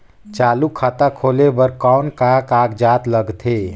चालू खाता खोले बर कौन का कागजात लगथे?